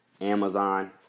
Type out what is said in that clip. Amazon